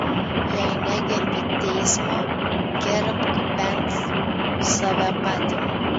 jei negerbi teismo gerbk bent save patį